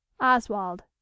oswald